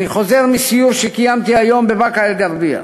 אני חוזר מסיור שקיימתי היום בבאקה-אלע'רביה.